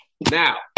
Now